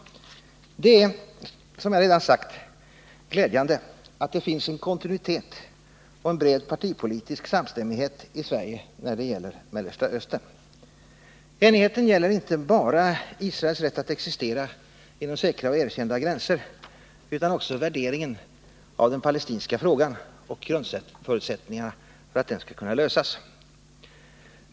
Det är, som jag redan sagt, glädjande att det finns en kontinuitet och en bred partipolitisk samstämmighet i Sverige när det gäller Mellersta Östern. Enigheten gäller inte bara Israels rätt att existera inom säkra och erkända gränser utan också värderingen av den palestinska frågan och grundförutsättningarna för att den skall kunna lösas.